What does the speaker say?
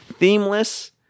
themeless